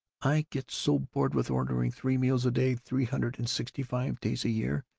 i get so bored with ordering three meals a day, three hundred and sixty-five days a year,